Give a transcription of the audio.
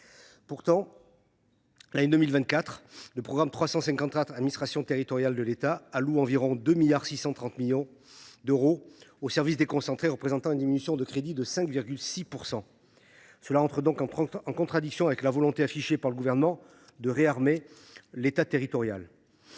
Pour l’année 2024, le programme 354 « Administration territoriale de l’État » alloue environ 2,63 milliards d’euros aux services déconcentrés, ce qui représente une diminution des crédits de 5,6 %. Cette baisse entre évidemment en contradiction avec la volonté affichée par le Gouvernement de « réarmer » l’État territorial.